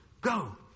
go